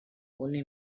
only